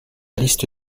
liste